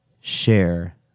share